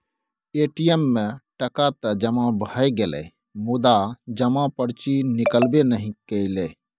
ATM मे टका तए जमा भए गेलै मुदा जमा पर्ची निकलबै नहि कएलै